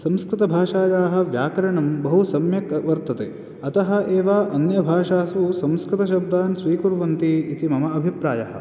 संस्कृतभाषायाः व्याकरणं बहु सम्यक् अ वर्तते अतः एव अन्यभाषासु संस्कृतशब्दान् स्वीकुर्वन्ति इति मम अभिप्रायः